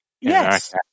Yes